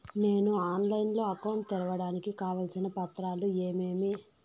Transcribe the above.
నేను ఆన్లైన్ లో అకౌంట్ తెరవడానికి కావాల్సిన పత్రాలు ఏమేమి?